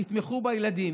תתמכו בילדים,